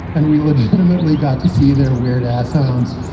and we legitimately got to see their weird ass arms.